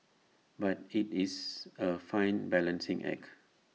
but IT is A fine balancing act